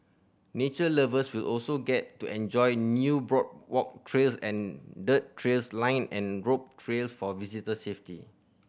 nature lovers will also get to enjoy new boardwalk trails and dirt trails lined and rope for visitor safety